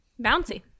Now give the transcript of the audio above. Bouncy